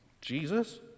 Jesus